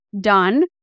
done